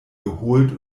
geholt